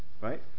right